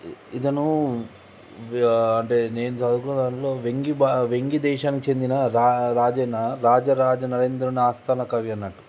ఇతను అంటే నేను చదువుకున్న దాంట్లో వెంగి వెంగి దేశానికి చెందిన రాజన్న రాజరాజ నరేంద్రుని ఆస్థాన కవి అన్నట్టు